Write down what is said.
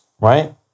right